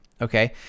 okay